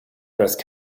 arrest